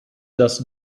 das